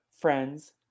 friends